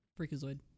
Freakazoid